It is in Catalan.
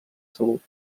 salut